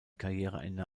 karriereende